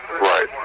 Right